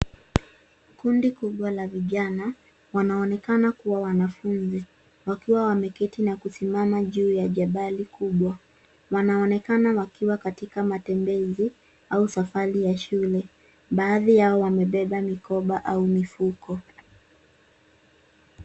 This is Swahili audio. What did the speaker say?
Kundi kubwa la vijana. Wanaonekana kuwa wanafunzi wakiwa wameketi na kusimama juu ya jabari kubwa. Wanaonekana wakiwa katika matembezi au safari ya shule. Baadhi yao wamebeba mikoba au mifuko.